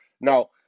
Now